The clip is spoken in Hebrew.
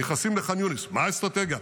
נכנסים לחאן יונס, מה האסטרטגיה?